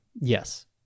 Yes